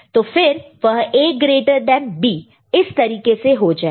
तो फिर वह A ग्रेटर दैन B इस तरीके से जाएगा